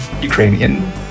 Ukrainian